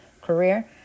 career